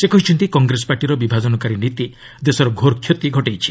ସେ କହିଛନ୍ତି କଂଗ୍ରେସ ପାର୍ଟିର ବିଭାଜନକାରୀ ନୀତି ଦେଶର ଘୋର କ୍ଷତି ଘଟାଇଛି